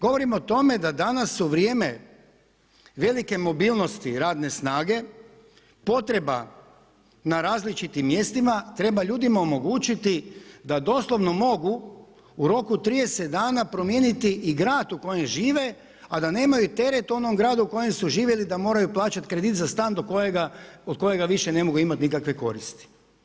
Govorim o tome da danas u vrijeme velike mobilnosti radne snage potreba na različitim mjestima treba ljudima omogućiti da doslovno mogu u roku od 30 dana promijeniti i grad u kojem žive, a da nemaju teret u onom gradu u kojem su živjeli da moraju plaćati kredit za stan od kojega više ne mogu imati nikakve koristi.